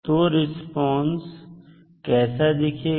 तो रिस्पांस कैसा दिखेगा